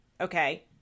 okay